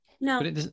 No